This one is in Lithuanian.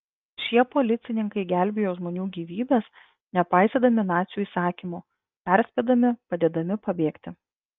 šie policininkai gelbėjo žmonių gyvybes nepaisydami nacių įsakymų perspėdami padėdami pabėgti